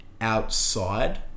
outside